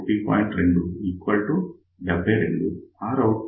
2 72